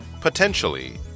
Potentially